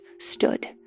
stood